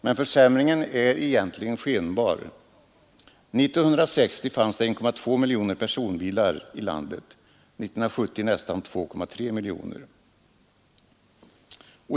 Men försämringen är egentligen skenbar: 1960 fanns det 1,2 miljoner personbilar i landet, 1970 nästan 2,3 miljoner.